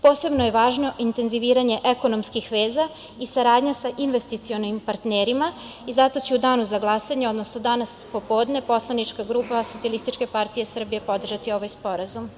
Posebno je važno intenziviranje ekonomskih veza i saradnja sa investicionim partnerima i zato ću u Danu za glasanje, odnosno danas popodne, poslanička grupa SPS podržati ovaj sporazum.